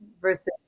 versus